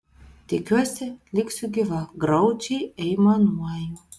tikiuosi liksiu gyva graudžiai aimanuoju